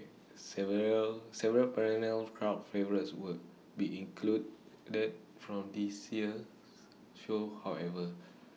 several several perennial crowd favourites will be excluded the from this year's show however